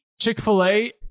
Chick-fil-A